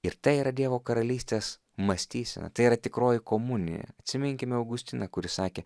ir tai yra dievo karalystės mąstysena tai yra tikroji komunija atsiminkime augustiną kuris sakė